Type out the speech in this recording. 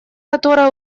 которое